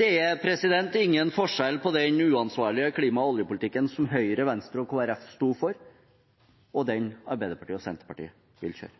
Det er ingen forskjell på den uansvarlige klima- og oljepolitikken som Høyre, Venstre og Kristelig Folkeparti sto for, og den som Arbeiderpartiet og Senterpartiet vil kjøre.